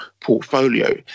portfolio